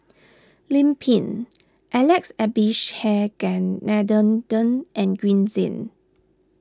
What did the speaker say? Lim Pin Alex Abisheganaden Den and Green Zeng